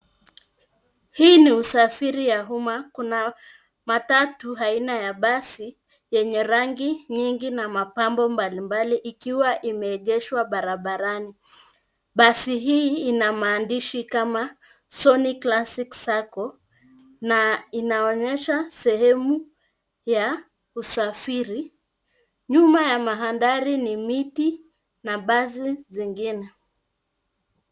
Hii usafiri ya umma kuna matatu haina ya basi yenye rangi nyingi na mapambo mbalimbali ikiwa imeegeshwa barabarani ,basi hii ina maandishi kama [sonic classic sacco ] na inaonyesha sehemu ya usafiri ,nyuma ya mandhari ni miti na basi zigine.